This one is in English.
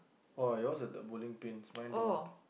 oh yours have the bowling pins mine don't